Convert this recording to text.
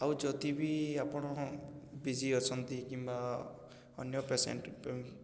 ଆଉ ଯଦି ବି ଆପଣ ବିଜି ଅଛନ୍ତି କିମ୍ବା ଅନ୍ୟ ପେସେଣ୍ଟ